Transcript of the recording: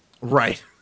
Right